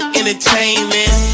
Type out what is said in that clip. entertainment